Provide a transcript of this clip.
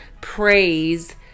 Praise